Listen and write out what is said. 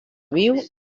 viu